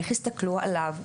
איך יסתכלו עליו,